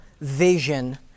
vision